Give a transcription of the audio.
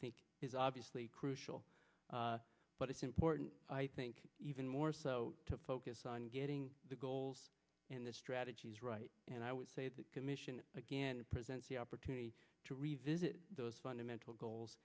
think is obviously crucial but it's important i think even more so to focus on getting the goals and the strategies right and i would say that commission again presents the opportunity to revisit those fundamental goals